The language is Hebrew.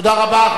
תודה רבה.